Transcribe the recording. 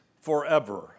forever